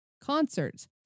concerts